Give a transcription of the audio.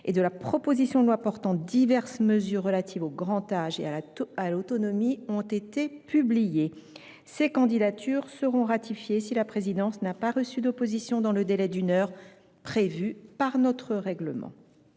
et de la proposition de loi portant diverses mesures relatives au grand âge et à l’autonomie. Ces candidatures seront ratifiées si la présidence n’a pas reçu d’opposition dans le délai d’une heure prévu par notre règlement.